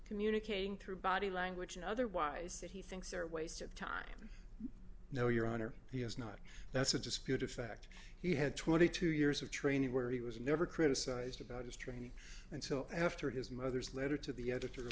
communicating through body language and otherwise that he thinks are waste of time no your honor he has not that's a disputed fact he had twenty two years of training where he was never criticized about his training until after his mother's letter to the editor